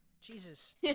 Jesus